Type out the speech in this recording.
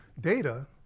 data